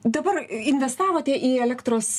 dabar investavote į elektros